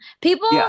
People